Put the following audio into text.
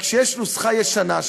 רק שיש נוסחה ישנה,